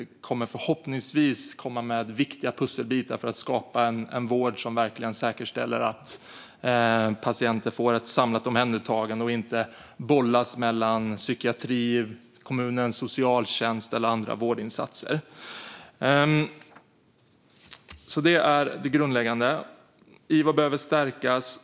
Den kommer förhoppningsvis att komma med viktiga pusselbitar för att skapa en vård som säkerställer att patienter verkligen får ett samlat omhändertagande och inte bollas mellan psykiatri, kommunens socialtjänst eller andra vårdinsatser. Det är grundläggande. IVO behöver stärkas.